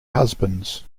husbands